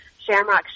shamrock